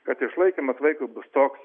kad išlaikymas vaikui bus toks